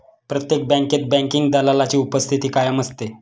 प्रत्येक बँकेत बँकिंग दलालाची उपस्थिती कायम असते